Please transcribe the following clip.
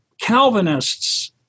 Calvinists